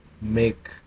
make